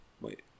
wait